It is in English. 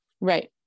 Right